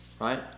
right